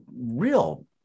real